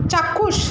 চাক্ষুষ